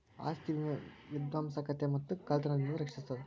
ಆಸ್ತಿ ವಿಮೆ ವಿಧ್ವಂಸಕತೆ ಮತ್ತ ಕಳ್ತನದಿಂದ ರಕ್ಷಿಸ್ತದ